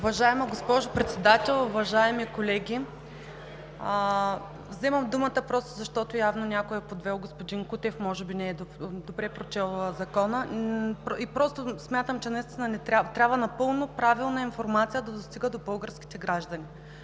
Уважаема госпожо Председател, уважаеми колеги! Вземам думата просто защото явно някой е подвел господин Кутев, може би не е прочел добре Закона и просто смятам, че наистина трябва напълно правилна информация да достига до българските граждани.